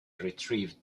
retrieved